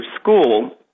school